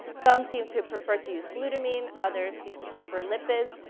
some seem to prefer to use glutamine, others seem to prefer lipids.